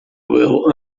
will